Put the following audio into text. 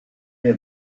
des